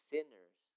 Sinners